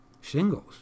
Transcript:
shingles